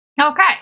Okay